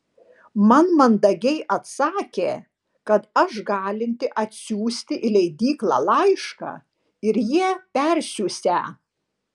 man mandagiai atsakė kad aš galinti atsiųsti į leidyklą laišką ir jie persiųsią